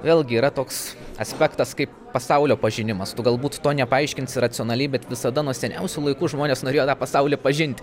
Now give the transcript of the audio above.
vėlgi yra toks aspektas kaip pasaulio pažinimas tu galbūt to nepaaiškinsi racionaliai bet visada nuo seniausių laikų žmonės norėjo tą pasaulį pažinti